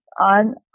on